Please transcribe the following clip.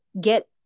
get